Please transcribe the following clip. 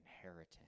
inheritance